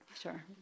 Sure